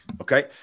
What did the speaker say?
Okay